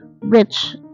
rich